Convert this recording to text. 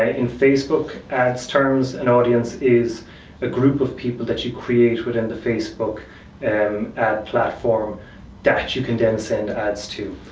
ah in facebook's ads terms, an audience is a group of people that you create within the facebook and ad platform that you can then send ads to.